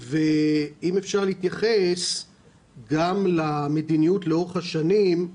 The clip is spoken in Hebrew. אם אפשר להתייחס גם למדיניות לאורך השנים.